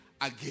again